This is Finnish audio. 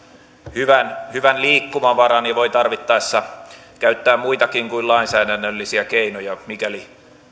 hyvän hyvän liikkumavaran että voi tarvittaessa käyttää muitakin kuin lainsäädännöllisiä keinoja mikäli